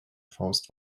faust